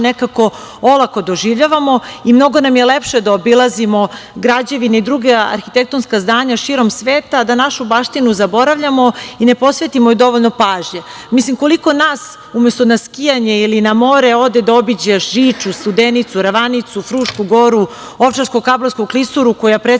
nekako olako doživljavamo i mnogo nam je lepše da obilazimo građevine i druga arhitektonska zdanja širom sveta, da našu baštinu zaboravljamo i ne posvetimo joj dovoljno pažnje. Koliko nas umesto na skijanje ili na more ode da obiđe Žiču, Studenicu, Ravanicu, Frušku Goru, Ovčarsko-kablarsku klisuru, koja predstavlja